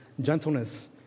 gentleness